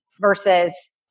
versus